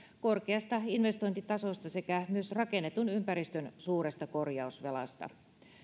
korkeasta investointitasosta sekä rakennetun ympäristön suuresta korjausvelasta